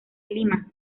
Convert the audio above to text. lima